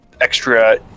extra